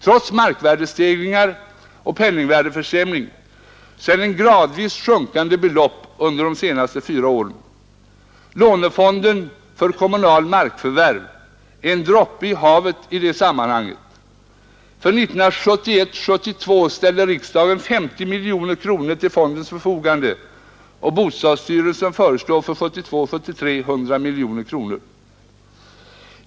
Trots markvärdestegring och penningvärdeförsämring är det ett gradvis sjunkande belopp under de senaste fyra åren. ”Lånefonden för kommunala markförvärv” är en droppe i havet i detta sammanhang. För 1971 73 100 miljoner kronor.